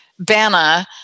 BANA